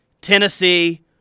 Tennessee